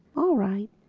all right.